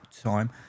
Time